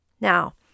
Now